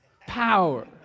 power